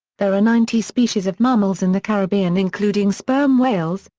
there are ninety species of mammals in the caribbean including sperm whales,